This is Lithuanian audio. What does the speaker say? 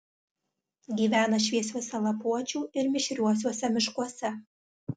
gyvena šviesiuose lapuočių ir mišriuosiuose miškuose